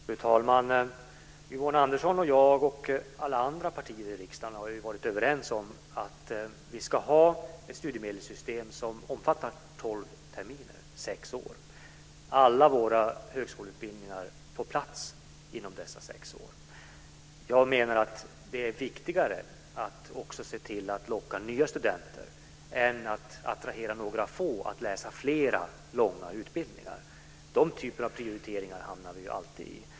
Fru talman! Yvonne Anderssons parti och mitt parti, och alla andra partier i riksdagen, har varit överens om att vi ska ha ett studiemedelssystem som omfattar tolv terminer, dvs. sex år. Alla våra högskoleutbildningar får plats inom dessa sex år. Jag menar att det är viktigare att locka nya studenter än att attrahera några få att läsa flera långa utbildningar. Den här typen av prioriteringar hamnar vi alltid inför.